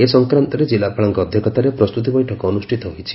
ଏ ସଂକ୍ରାନ୍ତରେ ଜିଲ୍ଲାପାଳଙ୍କ ଅଧ୍ୟଷତାରେ ପ୍ରସ୍ତୁତି ବୈଠକ ଅନୁଷ୍ପିତ ହୋଇଛି